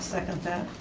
second that.